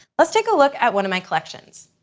let's take a look at one of my collections.